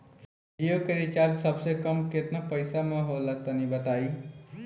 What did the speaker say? जियो के रिचार्ज सबसे कम केतना पईसा म होला तनि बताई?